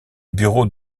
bureau